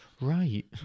right